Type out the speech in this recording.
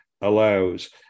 allows